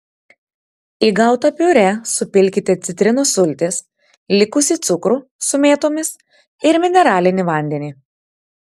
į gautą piurė supilkite citrinos sultis likusį cukrų su mėtomis ir mineralinį vandenį